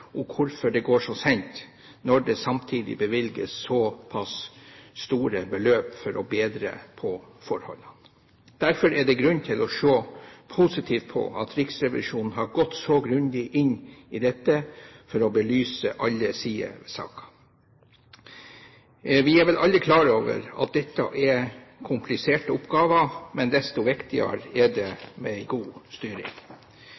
og hvorfor det går så sent, når det samtidig bevilges så pass store beløp for å bedre på forholdene. Derfor er det grunn til å se positivt på at Riksrevisjonen har gått så grundig inn i dette for å belyse alle sidene av saken. Vi er vel alle klar over at dette er kompliserte oppgaver, men desto viktigere er